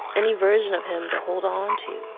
any version of him to hold on to.